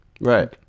Right